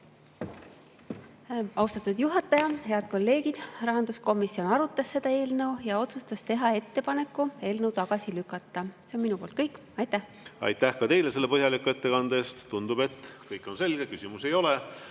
Austatud juhataja! Head kolleegid! Rahanduskomisjon arutas seda eelnõu ja otsustas teha ettepaneku eelnõu tagasi lükata. See on minu poolt kõik. Aitäh! Aitäh ka teile selle põhjaliku ettekande eest! Tundub, et kõik on selge, küsimusi ei ole.